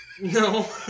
No